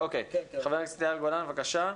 חבר הכנסת יאיר גולן, בבקשה.